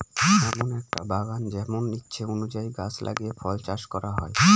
এমন একটা বাগান যেমন ইচ্ছে অনুযায়ী গাছ লাগিয়ে ফল চাষ করা হয়